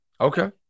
Okay